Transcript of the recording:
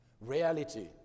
Reality